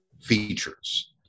features